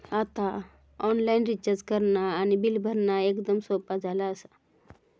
आता online recharge करणा आणि बिल भरणा एकदम सोप्या झाला आसा